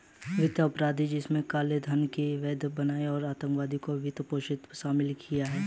वित्तीय अपराध, जिनमें काले धन को वैध बनाना और आतंकवाद को वित्त पोषण देना शामिल है